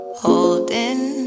holding